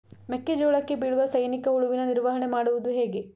ಮೆಕ್ಕೆ ಜೋಳಕ್ಕೆ ಬೀಳುವ ಸೈನಿಕ ಹುಳುವಿನ ನಿರ್ವಹಣೆ ಮಾಡುವುದು ಹೇಗೆ?